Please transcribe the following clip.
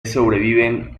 sobreviven